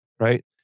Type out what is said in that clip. Right